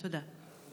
תודה.